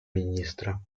министра